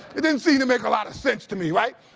it didn't seem to make a lot of sense to me right?